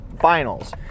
finals